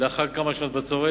לאחר כמה שנות בצורת.